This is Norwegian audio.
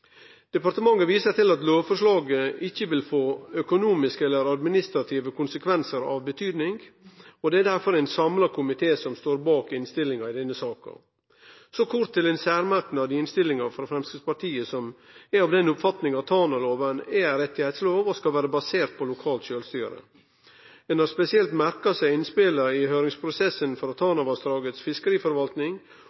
Departementet viser til at lovforslaget ikkje vil få økonomiske eller administrative konsekvensar av betyding, og det er derfor ein samla komité som står bak innstillinga i denne saken. Så kort til ein særmerknad i innstillinga frå Framstegspartiet, som er av den oppfatning at Tanaloven er ein rettslov og skal vere basert på lokalt sjølvstyre. Ein har spesielt merka seg innspela i høyringsprosessen